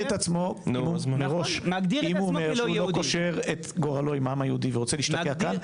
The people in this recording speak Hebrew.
אם הוא אומר שהוא לא קושר את גורלו עם העם היהודי ורוצה להשתקע כאן,